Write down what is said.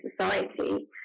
society